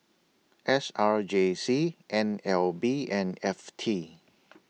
S R J C N L B and F T